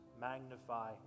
magnify